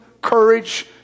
courage